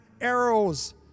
Arrows